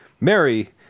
Mary